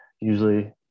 usually